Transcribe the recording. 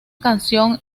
canción